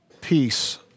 peace